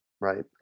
Right